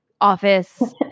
office